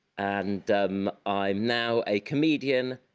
and i'm now a comedian,